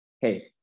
Hey